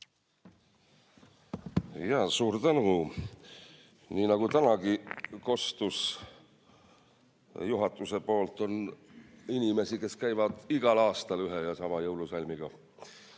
Jaa, suur tänu! Nii nagu tänagi kostis juhatuse poolt, on inimesi, kes käivad igal aastal ühe ja sama jõulusalmiga.